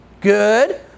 Good